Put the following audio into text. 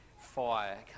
fire